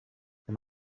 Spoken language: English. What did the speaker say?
from